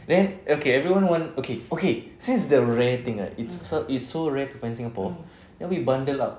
then okay everyone want okay okay since the rare thing right it's so~ it's so rare to find singapore then we bundle up